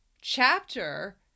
chapter